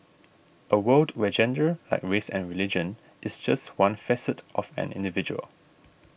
a world where gender like race and religion is just one facet of an individual